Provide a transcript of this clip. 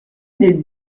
des